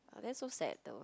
that's so sad though